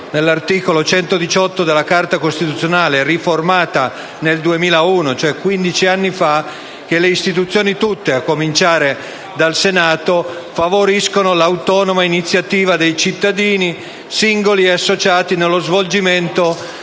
nell'articolo 118 della Carta costituzionale riformata nel 2001, cioè quindici anni fa, secondo cui le istituzioni tutte, a cominciare dal Senato, «favoriscono l'autonoma iniziativa dei cittadini, singoli e associati, per lo svolgimento